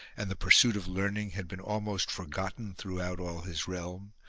and the pursuit of learning had been almost forgotten throughout all his realm,